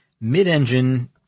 mid-engine